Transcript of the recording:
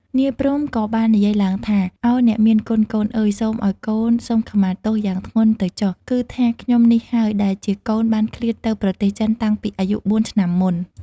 នាយ ព្រហ្ម ក៏បាននិយាយឡើងថា"ឱអ្នកមានគុណកូនអើយ សូមឲ្យកូនសុំខមាទោសយ៉ាងធ្ងន់ទៅចុះ គឺថាខ្ញុំនេះហើយ ដែលជាកូនបានឃ្លាតទៅប្រទេសចិនតាំងពីអាយុបួន ឆ្នាំមុន។